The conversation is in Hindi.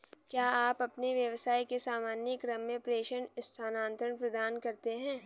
क्या आप अपने व्यवसाय के सामान्य क्रम में प्रेषण स्थानान्तरण प्रदान करते हैं?